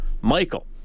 Michael